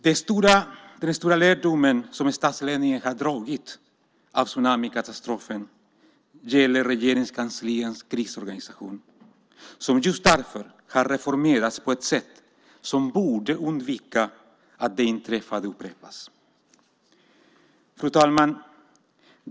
Den stora lärdomen som statsledningen har dragit av tsunamikatastrofen gäller Regeringskansliets krisorganisation, som just därför har reformerats på ett sätt som borde förebygga att det inträffade upprepas. Fru talman!